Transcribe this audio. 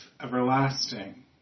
everlasting